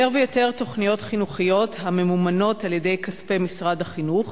יותר ויותר תוכניות חינוכיות הממומנות על-ידי כספי משרד החינוך